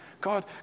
God